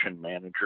manager